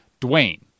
Dwayne